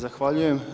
Zahvaljujem.